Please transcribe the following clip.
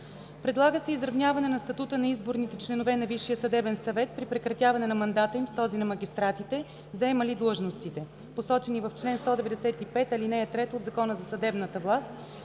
Предлага се изравняване на статута на изборните членове на Висшия съдебен съвет при прекратяване на мандата им с този на магистратите, заемали длъжностите, посочени в чл. 195 ал. 3 от Закона за съдебната власт,